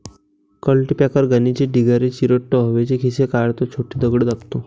cultipacker घाणीचे ढिगारे चिरडतो, हवेचे खिसे काढतो, छोटे दगड दाबतो